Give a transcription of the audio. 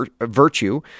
Virtue